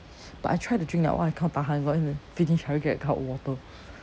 but I tried to drink that one I cannot tahan finish hurry get a cup of water